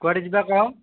କୁଆଡ଼େ ଯିବା କହ